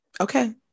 Okay